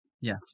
Yes